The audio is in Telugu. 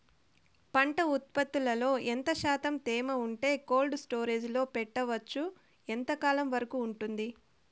పంట ఉత్పత్తులలో ఎంత శాతం తేమ ఉంటే కోల్డ్ స్టోరేజ్ లో పెట్టొచ్చు? ఎంతకాలం వరకు ఉంటుంది